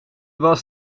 was